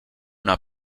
una